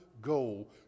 goal